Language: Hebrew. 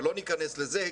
אבל לא ניכנס לזה.